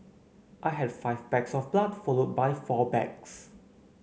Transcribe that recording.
I had five bags of blood followed by four bags